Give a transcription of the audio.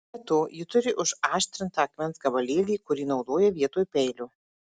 be to ji turi užaštrintą akmens gabalėlį kurį naudoja vietoj peilio